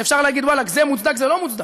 שאפשר להגיד: ואלכ, זה מוצדק, זה לא מוצדק.